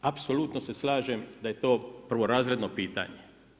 Apsolutno se slažem da je to prvorazredno pitanje.